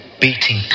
beating